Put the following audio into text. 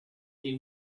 they